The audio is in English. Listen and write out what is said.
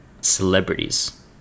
celebrities